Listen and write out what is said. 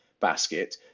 basket